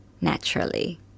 naturally